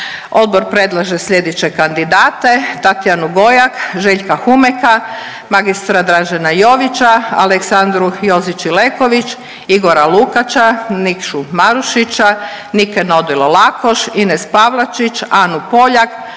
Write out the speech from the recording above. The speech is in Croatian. Odbor predlaže slijedeće kandidate, Tatjanu Gojak, Željka Humeka, magistra Dražena Jovića, Aleksandru Jozić Ileković, Igora Lukača, Nikšu Marušića, Niku Nodilo Lakoš, Ines Pavlačić, Anu Poljak,